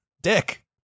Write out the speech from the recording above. Dick